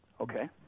Okay